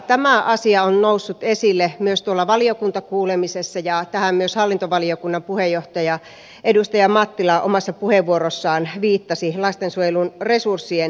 tämä asia on noussut esille myös tuolla valiokuntakuulemisessa ja tähän myös hallintovaliokunnan puheenjohtaja edustaja mattila omassa puheenvuorossaan viittasi lastensuojelun resurssien osalta